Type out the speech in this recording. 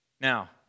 Now